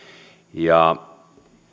ja